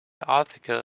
article